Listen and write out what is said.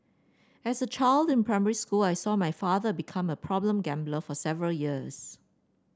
as a child in primary school I saw my father become a problem gambler for several years